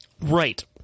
Right